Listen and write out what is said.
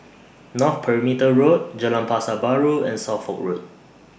North Perimeter Road Jalan Pasar Baru and Suffolk Road